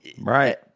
Right